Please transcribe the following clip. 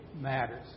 matters